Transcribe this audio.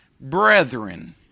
brethren